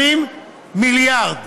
20 מיליארד.